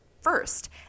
first